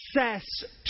Access